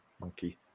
Monkey